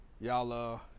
Y'all